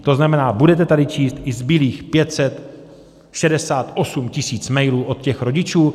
To znamená, budete tady číst i zbylých 568 tisíc mailů od těch rodičů?